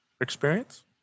experience